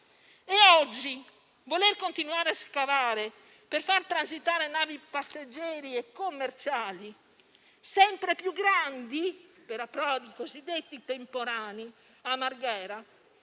Oggi voler continuare a scavare per far transitare navi di passeggeri e commerciali, sempre più grandi, per approdi cosiddetti temporanei, a Marghera